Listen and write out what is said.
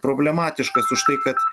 problematiškas už tai kad